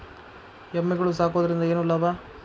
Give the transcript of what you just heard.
ಎಮ್ಮಿಗಳು ಸಾಕುವುದರಿಂದ ಏನು ಲಾಭ?